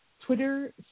Twitter